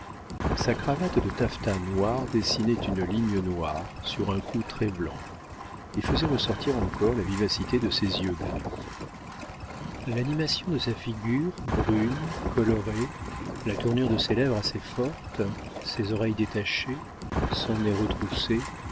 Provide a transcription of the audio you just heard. sa cravate de taffetas noir dessinait une ligne noire sur un cou très blanc et faisait ressortir encore la vivacité de ses yeux gris l'animation de sa figure brune colorée la tournure de ses lèvres assez fortes ses oreilles détachées son nez retroussé